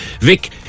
Vic